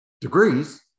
degrees